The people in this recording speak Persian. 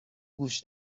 گوش